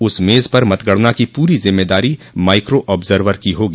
उस मेज पर मतगणना की पूरी जिम्मेदारी माइक्रो आर्ब्जवर की होगी